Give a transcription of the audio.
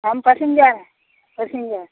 हम passenger passenger